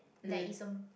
there is a